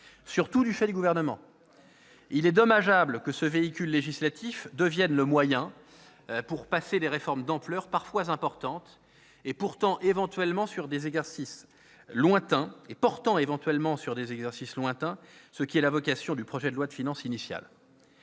surtout du fait du Gouvernement. C'est vrai ! Il est dommageable que ce véhicule législatif devienne le moyen de faire passer des réformes d'une ampleur parfois importante et portant éventuellement sur des exercices lointains, ce qui est la vocation du projet de loi de finances initiale.